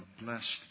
blessed